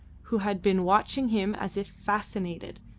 who had been watching him as if fascinated,